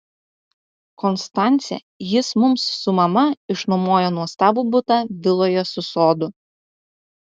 konstance jis mums su mama išnuomojo nuostabų butą viloje su sodu